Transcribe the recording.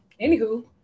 Anywho